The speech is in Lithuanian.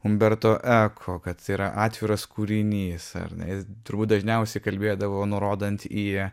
umberto eko kad yra atviras kūrinys ar ne jis turbūt dažniausiai kalbėdavo nurodant į